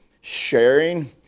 sharing